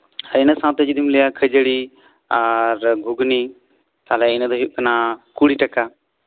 ᱤᱱᱟᱹ ᱥᱟᱶᱛᱮ ᱡᱚᱫᱤᱢ ᱞᱟᱹᱭᱟ ᱠᱷᱟᱹᱡᱟᱲᱤ ᱟᱨ ᱜᱷᱩᱜᱽᱱᱤ ᱛᱟᱦᱚᱞᱮ ᱤᱱᱟᱹ ᱫᱚ ᱦᱩᱭᱩᱜ ᱠᱟᱱᱟ ᱠᱩᱲᱤ ᱴᱟᱠᱟ